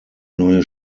neue